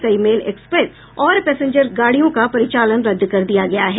कई mail express और passenger गाड़ियों का परिचालन रद्द कर दिया गया है